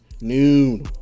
Noon